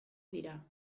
dira